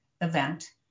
event